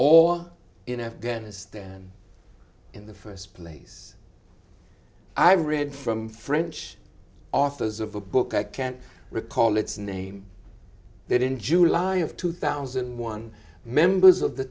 or in afghanistan in the first place i read from french authors of a book i can't recall its name that in july of two thousand and one members of the